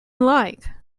like